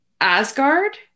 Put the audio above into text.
Asgard